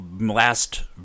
last